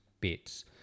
bits